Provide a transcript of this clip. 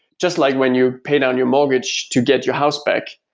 just like when you pay down your mortgage to get your house back,